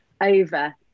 over